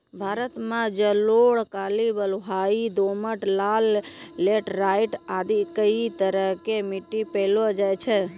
भारत मॅ जलोढ़, काली, बलुआही, दोमट, लाल, लैटराइट आदि कई तरह के मिट्टी पैलो जाय छै